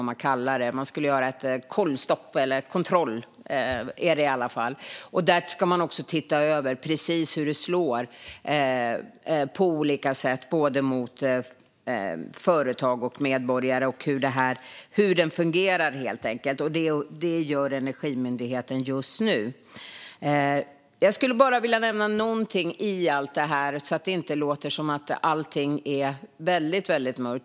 Man skulle göra ett kontrollstopp. Där ska man också titta över precis hur det slår på olika sätt mot företag och medborgare och hur det helt enkelt fungerar. Det gör Energimyndigheten just nu. Jag skulle vilja nämna någonting i allt detta så att det inte låter som att allting är väldigt mörkt.